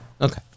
okay